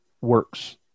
works